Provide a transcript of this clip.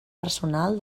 personal